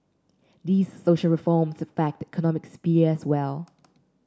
these social reforms affect economic sphere as well